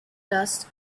dust